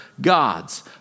gods